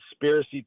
conspiracy